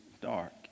dark